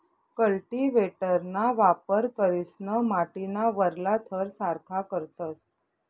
कल्टीव्हेटरना वापर करीसन माटीना वरला थर सारखा करतस